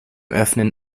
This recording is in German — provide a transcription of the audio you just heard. öffnen